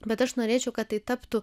bet aš norėčiau kad tai taptų